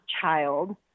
child